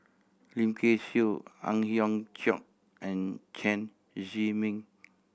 Lim Kay Siu Ang Hiong Chiok and Chen Zhiming